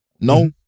No